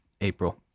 April